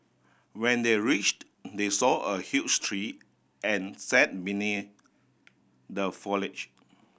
when they reached they saw a huge tree and sat the foliage